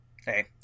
Hey